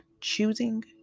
choosing